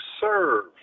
serve